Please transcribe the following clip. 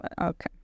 Okay